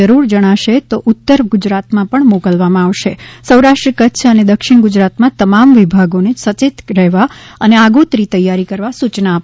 જરૂર જણાશે તો ઉતર ગુજરાતમાં પણ મોકલવામાં આવશે સૌરાષ્ટ્ર કચ્છ અને દક્ષિણ ગુજરાતમાં તમામ વિભાગોને સચેત રહેવા અને આગોતરી તૈયારી કરવા સૂચના અપાઇ છે